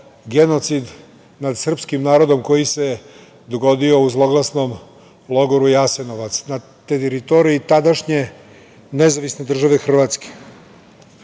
genocid nad srpskim narodom koji se dogodio u zloglasnom logoru Jasenovac na teritoriji današnje NDH.Moram, prosto